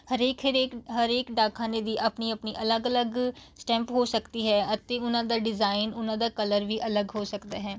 ਹਰੇਕ ਹਰੇਕ ਹਰੇਕ ਡਾਕਖਾਨੇ ਦੀ ਆਪਣੀ ਆਪਣੀ ਅਲੱਗ ਅਲੱਗ ਸਟੈਂਪ ਹੋ ਸਕਦੀ ਹੈ ਅਤੇ ਉਹਨਾਂ ਦਾ ਡਿਜ਼ਾਇਨ ਉਹਨਾਂ ਦਾ ਕਲਰ ਵੀ ਅਲੱਗ ਹੋ ਸਕਦਾ ਹੈ